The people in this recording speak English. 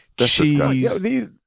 cheese